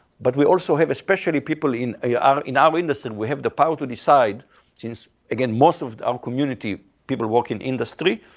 but we also have, especially people in ah yeah our in our industry, we have the power to decide since, again most of our um community people work in industry,